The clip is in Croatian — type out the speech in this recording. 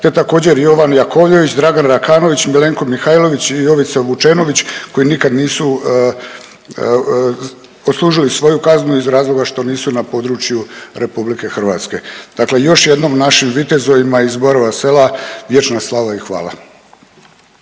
te također Jovan Jakovljević, Dragan Rakanović, Milenko Mihajlović i Jovica Vučenović koji nikad nisu odslužili svoju kaznu iz razloga što nisu na području RH. Dakle, još jednom našim vitezovima iz Borova Sela vječna slava i hvala.